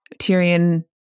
Tyrion